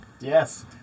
yes